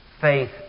Faith